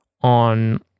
on